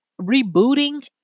rebooting